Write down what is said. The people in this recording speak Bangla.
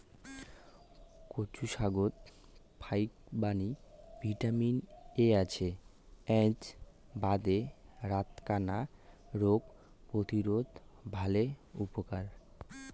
কচু শাকত ফাইকবাণী ভিটামিন এ আছে এ্যাই বাদে রাতকানা রোগ প্রতিরোধত ভালে উপকার